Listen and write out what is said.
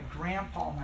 grandpa